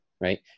Right